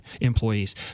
employees